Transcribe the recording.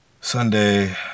sunday